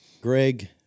Greg